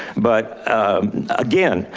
but again,